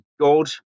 God